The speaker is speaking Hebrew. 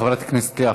חברת הכנסת לאה